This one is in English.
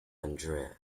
andrea